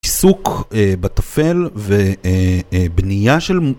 עיסוק בתפל ובנייה של מו...